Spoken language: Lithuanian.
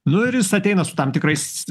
nu ir jis ateina su tam tikrais